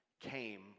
came